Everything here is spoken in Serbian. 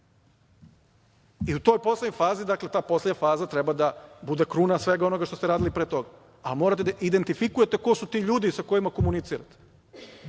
To su četiri faze kampanje. Ta poslednja faza treba da bude kruna svega onoga što ste radili pre toga. Ali, morate da identifikujete ko su ti ljudi sa kojima komunicirate.